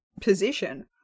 position